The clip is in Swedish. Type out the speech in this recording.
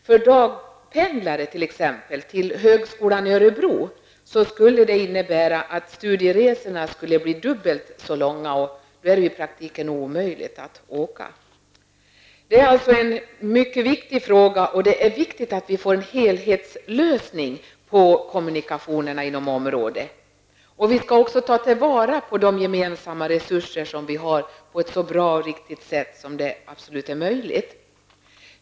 För t.ex. dagpendlaren till högskolan i Örebro skulle det innebära att studieresorna skulle bli dubbelt så långa, och då är det ju i praktiken omöjligt att åka. Det här är alltså en mycket viktig fråga, och det är viktigt att få en helhetslösning på kommunikationerna inom området. Vi skall också ta vara på de gemensamma resurser som vi har på ett så bra och riktigt sätt som det absolut är möjligt.